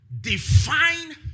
define